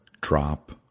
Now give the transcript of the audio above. Drop